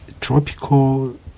tropical